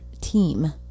team